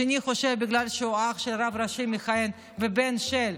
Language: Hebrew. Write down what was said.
השני חושב שבגלל שהוא אח של רב ראשי מכהן ובן של,